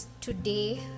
today